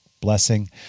blessing